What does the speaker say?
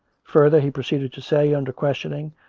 further, he proceeded to say, under questioning,